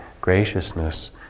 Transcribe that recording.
graciousness